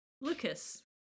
Lucas